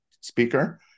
speaker